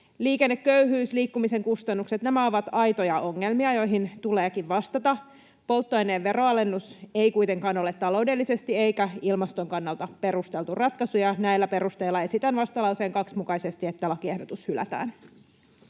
Liikenneköyhyys, liikkumisen kustannukset — nämä ovat aitoja ongelmia, joihin tuleekin vastata. Polttoaineen veroalennus ei kuitenkaan ole taloudellisesti eikä ilmaston kannalta perusteltu ratkaisu, ja näillä perusteilla esitän vastalauseen 2 mukaisesti, että lakiehdotus hylätään.